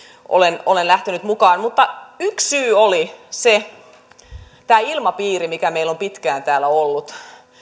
olen olen lähtenyt mukaan yksi syy oli tämä ilmapiiri mikä meillä on pitkään täällä ollut